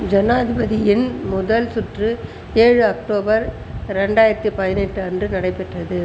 ஜனாதிபதியின் முதல் சுற்று ஏழு அக்டோபர் ரெண்டாயிரத்தி பதினெட்டு அன்று நடைபெற்றது